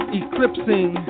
eclipsing